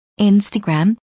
Instagram